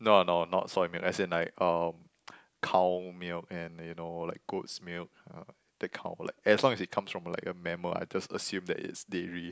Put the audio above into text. no no not soy milk as in like um cow milk and you know like goats milk uh the cow as long as it comes from a mammal I just assume it as dairy